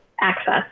access